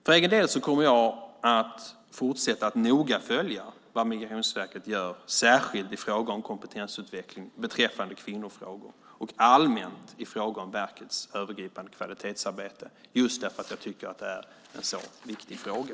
För egen del kommer jag att fortsätta att noga följa vad Migrationsverket gör särskilt i fråga om kompetensutveckling beträffande kvinnofrågor och allmänt i fråga om verkets övergripande kvalitetsarbete just därför att jag tycker att det är en så viktig fråga.